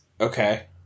Okay